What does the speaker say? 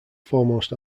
foremost